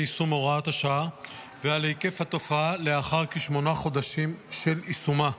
יישום הוראת השעה ועל היקף התופעה לאחר כשמונה חודשים של יישומה.